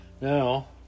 Now